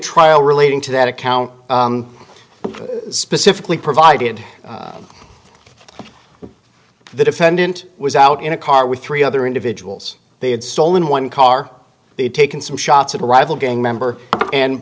trial relating to that account specifically provided the defendant was out in a car with three other individuals they had stolen one car they'd taken some shots of a rival gang member and